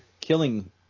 killing